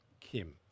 Kim